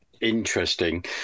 interesting